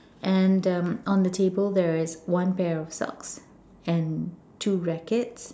and um on the table there is one pair of socks and two rackets